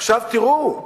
עכשיו תראו,